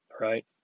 right